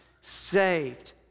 saved